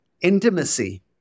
intimacy